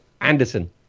Anderson